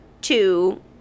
Two